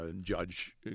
judge